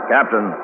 Captain